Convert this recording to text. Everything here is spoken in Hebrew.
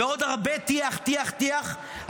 ועוד הרבה טיח טיח טיח,